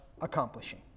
accomplishing